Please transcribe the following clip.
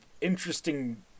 interesting